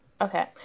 Okay